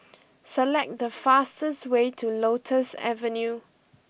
select the fastest way to Lotus Avenue